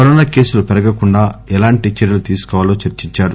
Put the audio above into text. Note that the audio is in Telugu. కరోనా కేసులు పెరగకుండా ఎలాంటి చర్యలు తీసుకోవాలో చర్చించారు